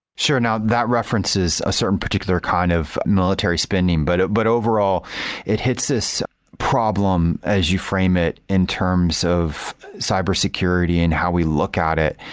sure. now, that references a certain particular kind of military spending, but but overall it hits this problem as you frame it in terms of cybersecurity and how we look at it,